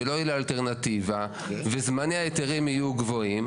ולא תהיה לה אלטרנטיבה וזמני ההיתרים יהיו גבוהים.